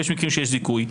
יש מקרים שיש זיכוי,